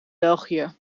belgië